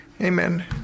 Amen